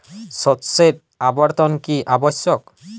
শস্যের আবর্তন কী আবশ্যক?